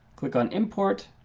click on import.